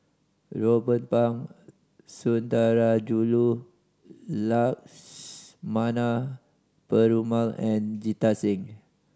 Ruben Pang Sundarajulu Lakshmana Perumal and Jita Singh